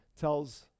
tells